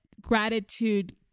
gratitude